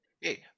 Hey